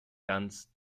ganz